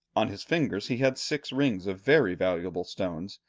on his fingers, he had six rings of very valuable stones,